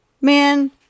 Man